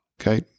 okay